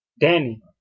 Danny